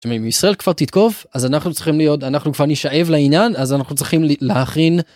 אם ישראל כבר תתקוף, אז אנחנו צריכים להיות... אנחנו כבר נשאב לעניין. אז אנחנו צריכים להכין.